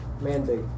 mandate